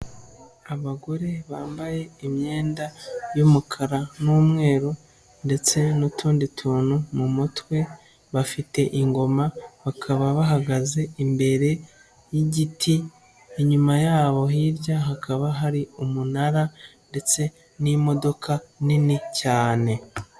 Abagore bambaye imyenda y'umukara n'umweru ndetse n'utundi tuntu mu mutwe, bafite ingoma, bakaba bahagaze imbere y'igiti, inyuma yabo hirya hakaba hari umunara ndetse n'imodoka nini cyane.